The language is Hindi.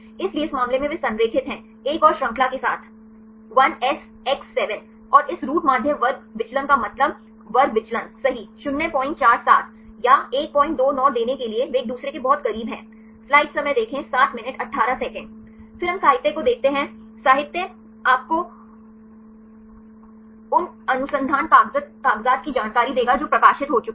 इसलिए इस मामले में वे संरेखित हैं एक और श्रृंखला के साथ 1SX7 और इस रूट माध्य वर्ग विचलन फिर हम साहित्य को देखते हैं साहित्य आपको उन अनुसन्धान कागज़ात की जानकारी देगा जो प्रकाशित हो चुके हैं